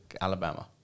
Alabama